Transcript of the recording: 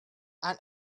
and